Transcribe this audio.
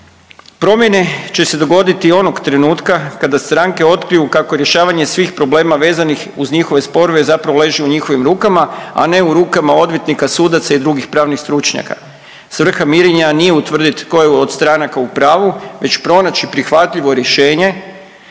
Promjene će se dogoditi onog trenutka kada stranke otkriju kako rješavanje svih problema vezanih uz njihove sporove zapravo leži u njihovim rukama, a ne u rukama odvjetnika, sudaca i drugih pravnih stručnjaka. Svrha mirenja nije utvrditi tko je od stranaka u pravu već pronaći prihvatljivo rješenje